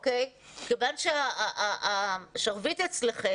כיוון שהשרביט אצלכם,